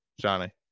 Johnny